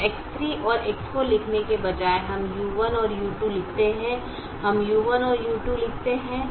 अब X3 और X4 लिखने के बजाय हम u1 और u2 लिखते हैं हम u1 और u2 लिखते हैं